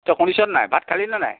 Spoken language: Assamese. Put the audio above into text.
তই শুনিছনে নাই ভাত খালিনে নাই